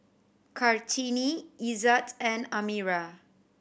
Kartini Izzat and Amirah